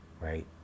right